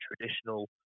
traditional